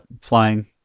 flying